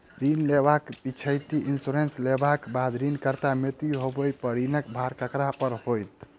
ऋण लेबाक पिछैती इन्सुरेंस लेबाक बाद ऋणकर्ताक मृत्यु होबय पर ऋणक भार ककरा पर होइत?